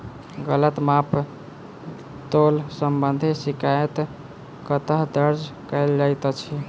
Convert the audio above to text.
गलत माप तोल संबंधी शिकायत कतह दर्ज कैल जाइत अछि?